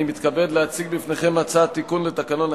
אני מתכבד להציג בפניכם הצעת תיקון לתקנון הכנסת,